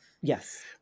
yes